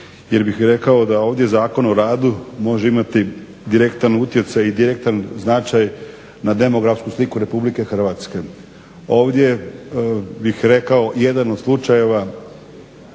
jer bih rekao da ovdje Zakon o radu može imati direktan utjecaj i direktan značaj na demografsku sliku RH. Ovdje bih rekao jedan od slučajeva